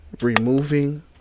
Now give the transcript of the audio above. removing